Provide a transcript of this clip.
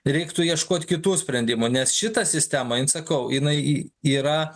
reiktų ieškot kitų sprendimų nes šitą sistemą in sakau jinai yra